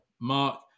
Mark